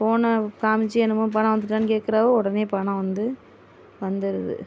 ஃபோனை காமிச்சு என்னமோ பணம் வந்துட்டான்னு கேட்கறாருவோ உடனே பணம் வந்து வந்துடுது